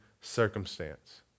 circumstance